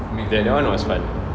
that [one] was fun